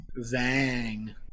Zang